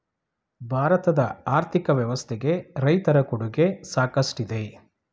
ಭಾರತದ ಆರ್ಥಿಕ ವ್ಯವಸ್ಥೆಗೆ ರೈತರ ಕೊಡುಗೆ ಸಾಕಷ್ಟಿದೆ